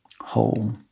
whole